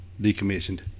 decommissioned